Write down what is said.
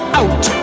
out